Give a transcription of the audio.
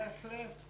בהחלט.